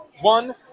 One-